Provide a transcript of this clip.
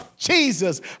Jesus